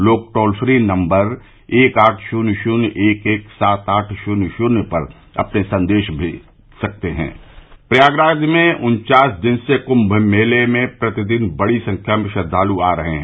लोग toll free number एक आठ शून्य शून्य एक एक सात आठ शून्य शून्य पर अपने संदेश भेज भी सकते हैं प्रयागराज में उनचास दिन के कुंभ मेले में प्रतिदिन बड़ी संख्या में श्रद्वालु आ रहे हैं